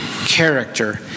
character